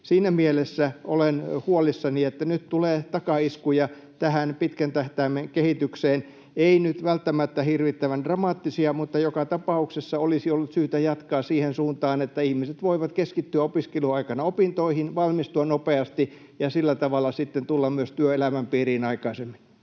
Siinä mielessä olen huolissani, että nyt tulee takaiskuja tähän pitkän tähtäimen kehitykseen, ei nyt välttämättä hirvittävän dramaattisia, mutta joka tapauksessa olisi ollut syytä jatkaa siihen suuntaan, että ihmiset voivat keskittyä opiskeluaikana opintoihin, valmistua nopeasti ja sillä tavalla tulla myös työelämän piiriin aikaisemmin.